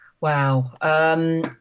wow